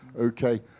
okay